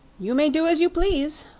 you may do as you please,